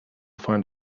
find